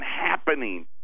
happening